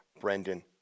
Brendan